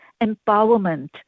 empowerment